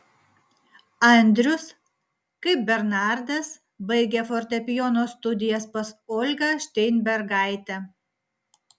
andrius kaip bernardas baigė fortepijono studijas pas olgą šteinbergaitę